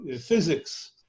physics